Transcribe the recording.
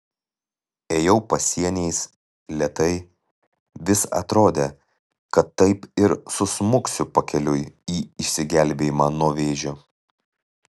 ėjau pasieniais lėtai vis atrodė kad taip ir susmuksiu pakeliui į išsigelbėjimą nuo vėžio